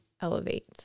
elevate